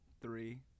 three